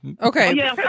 Okay